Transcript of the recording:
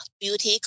Beauty